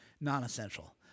non-essential